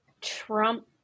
Trump